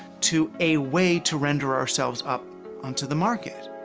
to a way to render ourselves up onto the market.